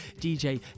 DJ